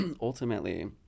ultimately